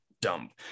dump